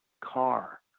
car